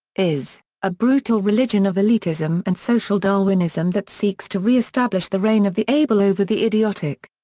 is a brutal religion of elitism and social darwinism that seeks to re-establish the reign of the able over the idiotic.